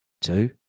two